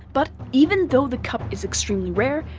but even though the cup is extremely rare,